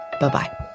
Bye-bye